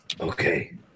Okay